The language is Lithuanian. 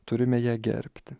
turime ją gerbti